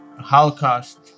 Holocaust